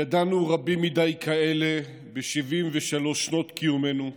ידענו רבים מדי כאלה ב-73 שנות קיומנו,